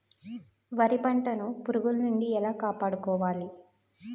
వరి పంటను పురుగుల నుండి ఎలా కాపాడుకోవాలి?